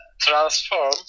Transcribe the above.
transform